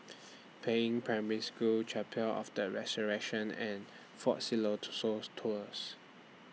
Peiying Primary School Chapel of The Resurrection and Fort Tours